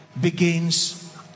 begins